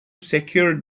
secure